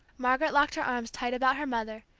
margaret locked her arms tight about her mother,